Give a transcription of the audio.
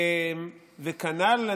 כנ"ל,